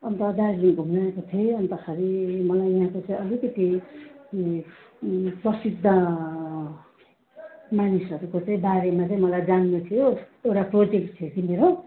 अन्त दार्जिलिङ घुम्नु आएको थिएँ अन्तखेरि मलाई यहाँको चाहिँ अलिकति प्रसिद्ध मानिसहरूको चाहिँ बारेमा चाहिँ मलाई जान्नु थियो एउटा प्रोजेक्ट थियो कि मेरो